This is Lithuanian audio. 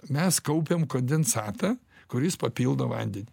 mes kaupiam kondensatą kuris papildo vandenį